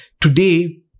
today